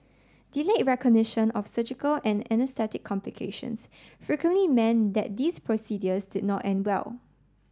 delayed recognition of surgical and anaesthetic complications frequently meant that these procedures did not end well